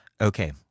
Okay